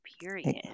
period